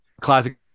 classic